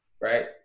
right